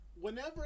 whenever